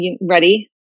ready